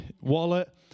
wallet